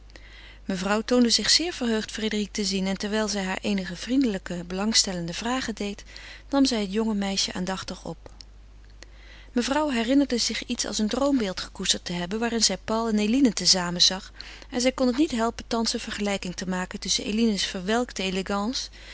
mevrouw toonde zich zeer verheugd frédérique te zien en terwijl zij haar eenige vriendelijke belangstellende vragen deed nam zij het jonge meisje aandachtig op mevrouw herinnerde zich iets als een droombeeld gekoesterd te hebben waarin zij paul en eline te zamen zag en zij kon het niet helpen thans een vergelijking te maken tusschen eline's verwelkte elegance